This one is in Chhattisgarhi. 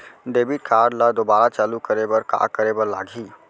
डेबिट कारड ला दोबारा चालू करे बर का करे बर लागही?